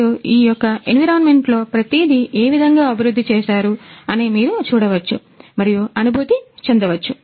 మీరు ఈ యొక్క ఎన్విరాన్మెంట్ లో ప్రతిదీ ఏ విధముగా అభివృద్ధి చేశారు అనేది మీరు చూడవచ్చు మరియు అనుభూతి చెందవచ్చు